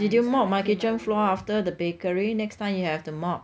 did you mop my kitchen floor after the baking next time you have to mop